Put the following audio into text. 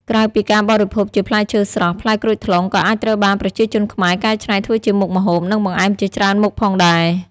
ក្រៅពីការបរិភោគជាផ្លែឈើស្រស់ ផ្លែក្រូចថ្លុងក៏អាចត្រូវបានប្រជាជនខ្មែរកែច្នៃធ្វើជាមុខម្ហូប និងបង្អែមជាច្រើនមុខផងដែរ។